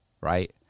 right